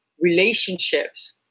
relationships